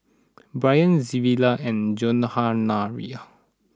Bryan Williard and Johanna rea